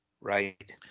right